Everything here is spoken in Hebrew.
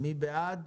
מי בעד?